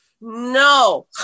No